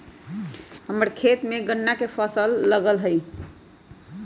हम्मर खेत में गन्ना के फसल लगल हई